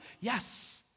Yes